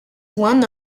one